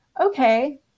Okay